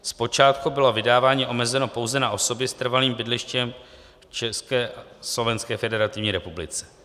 Zpočátku bylo vydávání omezeno pouze na osoby s trvalým bydlištěm v České a Slovenské Federativní Republice.